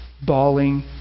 bawling